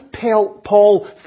Paul